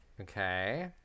Okay